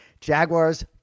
Jaguars